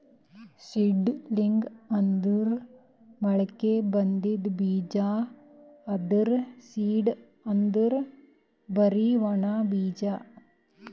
seedling ಅಂದ್ರ ಮೊಳಕೆ ಬಂದಿದ್ ಬೀಜ, ಆದ್ರ್ ಸೀಡ್ ಅಂದ್ರ್ ಬರಿ ಒಣ ಬೀಜ